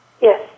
Yes